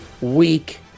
week